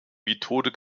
methode